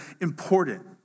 important